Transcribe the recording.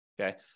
okay